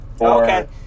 Okay